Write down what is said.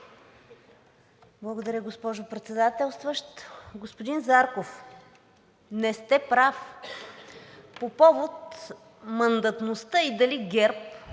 Благодаря, госпожо Председателстващ. Господин Зарков, не сте прав. По повод мандатността и дали ГЕРБ